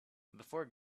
before